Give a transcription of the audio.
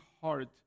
heart